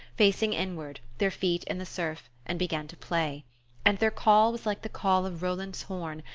facing inward, their feet in the surf, and began to play and their call was like the call of roland's horn,